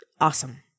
awesome